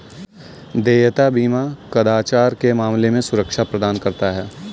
देयता बीमा कदाचार के मामले में सुरक्षा प्रदान करता है